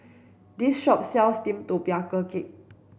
this shop sells steamed tapioca cake